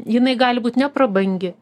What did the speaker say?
jinai gali būt neprabangi